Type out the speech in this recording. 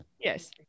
Yes